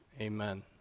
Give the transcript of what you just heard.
Amen